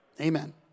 Amen